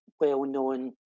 well-known